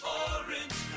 orange